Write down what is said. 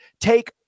take